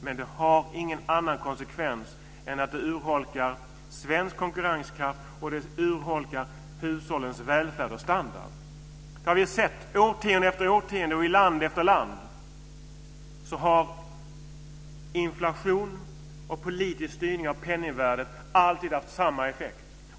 Det har ingen annan konsekvens än att det urholkar svensk konkurrenskraft och hushållens välfärd och standard. Vi har sett årtionde efter årtionde och i land efter land att inflation och politisk styrning av penningvärdet alltid har haft samma effekt.